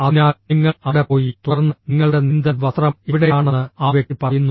അതിനാൽ നിങ്ങൾ അവിടെ പോയി തുടർന്ന് നിങ്ങളുടെ നീന്തൽ വസ്ത്രം എവിടെയാണെന്ന് ആ വ്യക്തി പറയുന്നു